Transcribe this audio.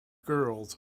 girls